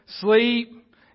sleep